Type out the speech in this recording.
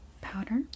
powder